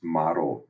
model